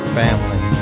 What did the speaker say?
family